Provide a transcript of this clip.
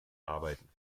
arbeiten